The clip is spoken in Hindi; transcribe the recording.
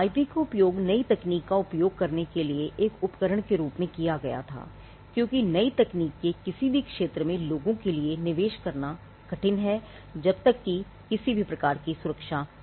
IP का उपयोग नई तकनीक का उपयोग करने के लिए एक उपकरण के रूप में किया गया था क्योंकि नई तकनीक के किसी भी क्षेत्र में लोगों के लिए निवेश करना कठिन है जब तक कि किसी प्रकार की सुरक्षा न हो